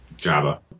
Java